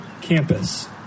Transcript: campus